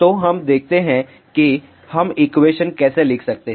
तो हम देखते हैं कि हम एक्वेशन कैसे लिख सकते हैं